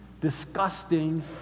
disgusting